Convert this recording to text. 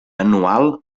anual